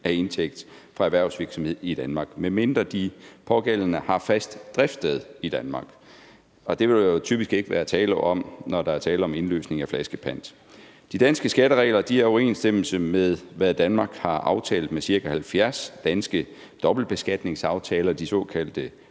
af indtægt fra erhvervsvirksomhed i Danmark, medmindre de pågældende har fast driftssted i Danmark, og det vil der jo typisk ikke være tale om, når der er tale om indløsning af flaskepant. De danske skatteregler er i overensstemmelse med, hvad Danmark har aftalt gennem cirka 70 danske dobbeltbeskatningsaftaler, de såkaldte